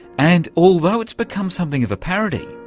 and although it's become something of a parody,